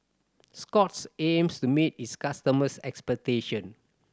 Scott's aims to meet its customers' expectation